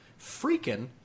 FREAKING